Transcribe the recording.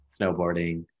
snowboarding